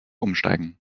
umsteigen